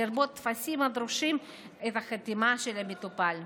לרבות הטפסים הדרושים והחתימה של המטופל.